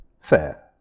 Fair